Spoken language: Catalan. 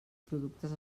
productes